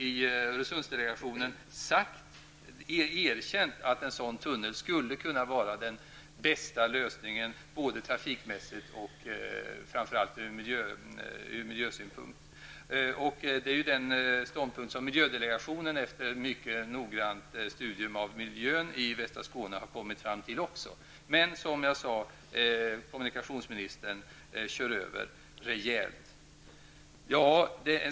I Öresunds delegationen har man dock erkänt att en sådan tunnel skulle kunna vara den bästa lösningen, både trafikmässigt och framför allt ur miljösynpunkt. Det är ju också den ståndpunkt som miljödelegationen efter mycket noggrant studium av miljön i västra Skåne har kommit fram till -- men som kommunikationsministern kör över rejält, som jag sade.